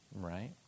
right